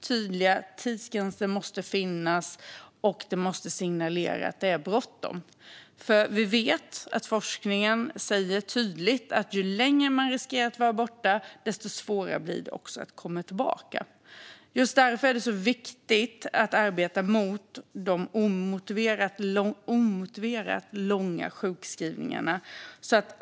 Tydliga tidsgränser måste finnas, och de måste signalera att det är bråttom. Vi vet att forskningen tydligt säger att ju längre människor riskerar att vara borta, desto svårare blir det att komma tillbaka. Just därför är det så viktigt att arbeta mot de omotiverat långa sjukskrivningarna.